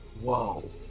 whoa